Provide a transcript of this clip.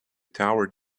tower